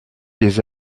les